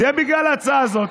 זה יהיה בגלל ההצעה הזאת.